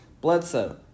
Bledsoe